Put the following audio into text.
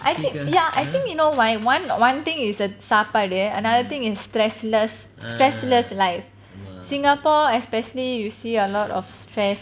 I think ya I think you know why one one thing is the sapadu another thing is stress-less stress-less life singapore especially you see a lot of stress